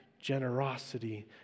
generosity